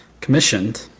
commissioned